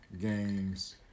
games